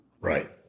right